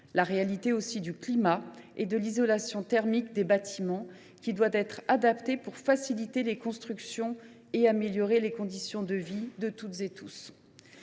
la réalité du climat et à l’isolation thermique des bâtiments. Cette dernière doit être adaptée pour faciliter les constructions et améliorer les conditions de vie de toutes et de tous.